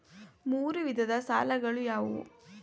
ಮೂರು ವಿಧದ ಸಾಲಗಳು ಯಾವುವು?